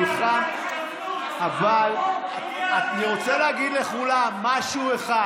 כולכם, אבל אני רוצה להגיד לכולם משהו אחד.